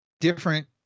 different